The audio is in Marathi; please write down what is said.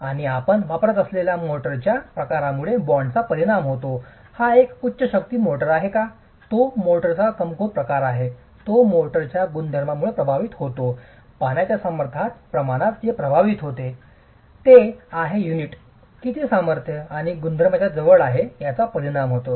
आणि आपण वापरत असलेल्या मोर्टारच्या mortar प्रकारामुळेच बाँडचा परिणाम होतो हा एक उच्च शक्ती मोर्टार आहे का तो मोर्टारचा कमकुवत प्रकार आहे तो मोर्टारच्या गुणधर्मांमुळे प्रभावित होतो पाण्याच्या सामर्थ्याच्या प्रमाणात ते प्रभावित होते ते आहे युनिट किती सामर्थ्य आणि गुणधर्मांच्या जवळ आहे याचा परिणाम होतो